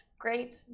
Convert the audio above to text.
great